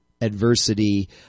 adversity